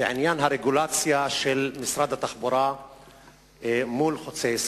בעניין הרגולציה של משרד התחבורה מול חברת "חוצה ישראל".